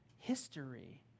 history